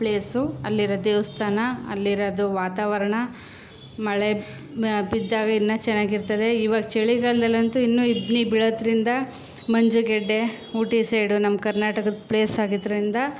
place ಅಲ್ಲಿರೋ ದೇವಸ್ಥಾನ ಅಲ್ಲಿರೋದು ವಾತಾವರಣ ಮಳೆ ಬಿದ್ದಾಗ ಇನ್ನೂ ಚೆನ್ನಾಗಿರ್ತದೆ ಇವಾಗ ಚಳಿಗಾಲದಲ್ಲಂತು ಇನ್ನೂ ಇಬ್ಬನಿ ಬೀಳೋದರಿಂದ ಮಂಜುಗೆಡ್ಡೆ ಊಟಿ ಸೈಡು ನಮ್ಮ ಕರ್ನಾಟಕದ ಪ್ಲೇಸ್ ಆಗಿದ್ದರಿಂದ